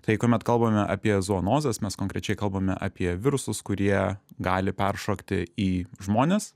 tai kuomet kalbame apie zoonozes mes konkrečiai kalbame apie virusus kurie gali peršokti į žmones